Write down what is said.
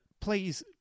please